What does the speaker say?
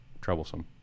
troublesome